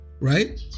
Right